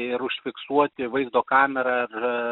ir užfiksuoti vaizdo kamera ir